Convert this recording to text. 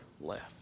left